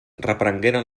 reprengueren